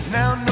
now